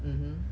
mm hmm